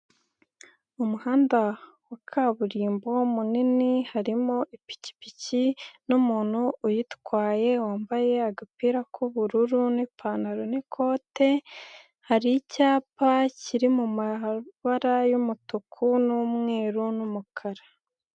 Umuhanda wa kaburimbo munini harimo ipikipiki n'umuntu uyitwaye, wambaye agapira k'ubururu n'ipantaro n'ikote, hari icyapa kiri mu mabara y'umutuku n'umweru n'umukara.